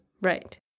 Right